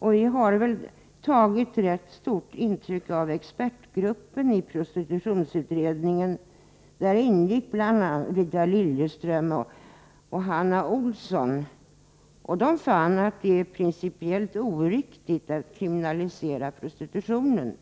Vi har tagit rätt stort intryck av expertgruppen i prostitutionsutredningen. Där ingick bl.a. Rita Liljeström och Hanna Olsson. De fann att det är principiellt oriktigt att kriminalisera prostitutionen.